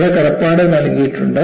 ഇവിടെ കടപ്പാട് നൽകിയിട്ടുണ്ട്